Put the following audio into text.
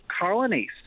colonies